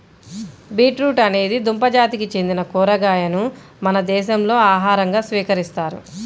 beetroot అనేది దుంప జాతికి చెందిన కూరగాయను మన దేశంలో ఆహారంగా స్వీకరిస్తారు